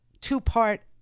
two-part